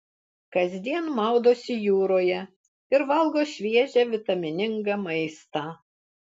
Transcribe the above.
kasdien maudosi jūroje ir valgo šviežią vitaminingą maistą